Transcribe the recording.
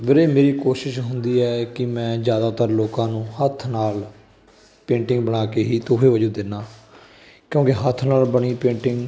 ਵੀਰੇ ਮੇਰੀ ਕੋਸ਼ਿਸ਼ ਹੁੰਦੀ ਹੈ ਕਿ ਮੈਂ ਜ਼ਿਆਦਾਤਰ ਲੋਕਾਂ ਨੂੰ ਹੱਥ ਨਾਲ ਪੇਂਟਿੰਗ ਬਣਾ ਕੇ ਹੀ ਤੋਹਫ਼ੇ ਵਜੋਂ ਦਿੰਦਾ ਕਿਉਂਕਿ ਹੱਥ ਨਾਲ ਬਣੀ ਪੇਂਟਿੰਗ